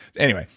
anyway,